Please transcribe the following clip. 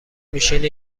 میشینی